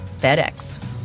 FedEx